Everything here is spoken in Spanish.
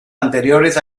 anteriores